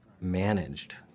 managed